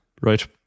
right